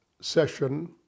session